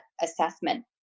assessment